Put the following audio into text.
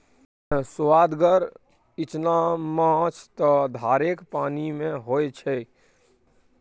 सोअदगर इचना माछ त धारेक पानिमे होए छै